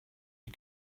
you